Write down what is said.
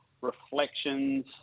Reflections